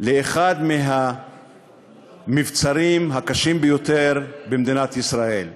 לאחד מהמבצרים הקשים ביותר במדינת ישראל.